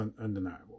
undeniable